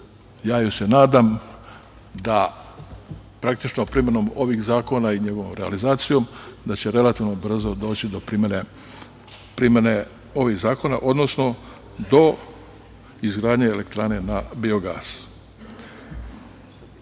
Ja još se nadam, da praktično primenom ovih zakona i njihovom realizacijom da će relativno brzo doći do primene ovih zakona, odnosno do izgradnje elektrane na biogas. Da